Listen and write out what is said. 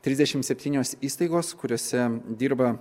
trisdešim septynios įstaigos kuriose dirba